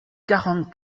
quarante